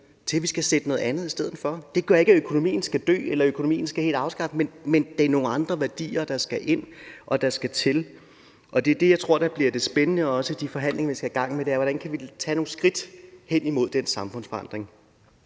hvor vi skal sætte noget andet i stedet for? Det gør ikke, at økonomien skal dø, eller at økonomien helt skal afskaffes, men det er nogle andre værdier, der skal ind, og der skal til. Og det, som jeg tror bliver spændende i de forhandlinger, vi skal i gang med, er, hvordan vi kan tage nogle skridt hen imod den samfundsforandring.